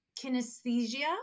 kinesthesia